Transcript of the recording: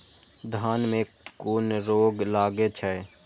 धान में कुन रोग लागे छै?